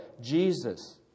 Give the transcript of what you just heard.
Jesus